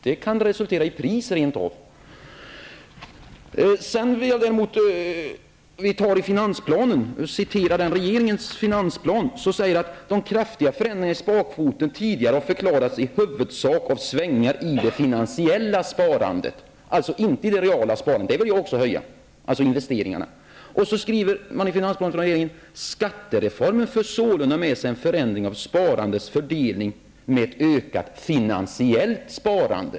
Detta kan rent av resultera i pris. I regeringens finansplan sägs det att de kraftiga förändringarna i sparkvoten tidigare har förklarats i huvudsak av svängningar i det finansiella sparandet, alltså inte i det reala sparandet -- investeringarna -- vilket också jag vill öka. Regeringen skriver i finansplanen: Skattereformen för sålunda med sig en förändring av sparandets fördelning med ett ökat finansiellt sparande.